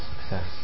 success